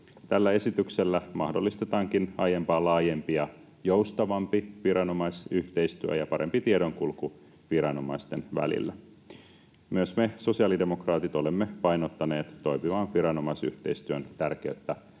Tällä esityksellä mahdollistetaankin aiempaa laajempi ja joustavampi viranomaisyhteistyö ja parempi tiedonkulku viranomaisten välillä. Myös me sosiaalidemokraatit olemme painottaneet toimivan viranomaisyhteistyön tärkeyttä